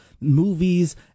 movies